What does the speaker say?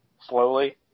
slowly